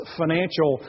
financial